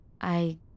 I